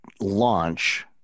launch